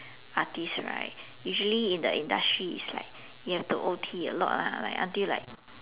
artist right usually in the industry is like you have to O_T a lot lah until like